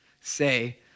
say